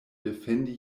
defendi